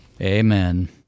Amen